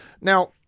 Now